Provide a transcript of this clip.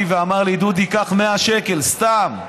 ואמר לי: דודי, קח 100 שקל, סתם.